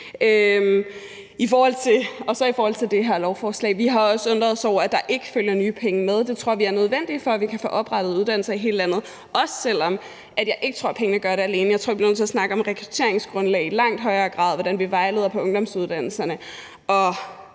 i forhold til det lovforslag: Vi har også undret os over, at der ikke følger nye penge med. Det tror vi er nødvendigt, for at vi kan få oprettet uddannelser i hele landet, også selv om jeg ikke tror, at pengene gør det alene. Jeg tror, vi bliver nødt til at snakke om rekrutteringsgrundlag i langt højere grad, om, hvordan vi vejleder på ungdomsuddannelserne,